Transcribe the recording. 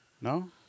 No